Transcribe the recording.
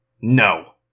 No